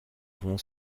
vont